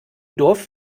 dorf